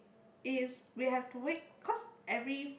it's we have to wake cause every